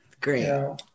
Great